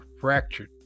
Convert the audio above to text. fractured